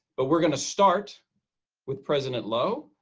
but we're going to start with president loh.